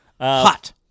Hot